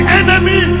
enemy